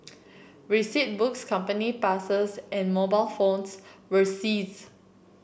receipt books company passes and mobile phones were seized